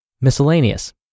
Miscellaneous